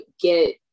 get